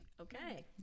okay